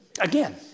Again